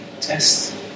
test